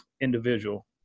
individual